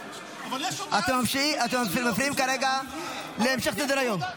אתם מפריעים כרגע להמשך סדר-היום.